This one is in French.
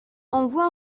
envoie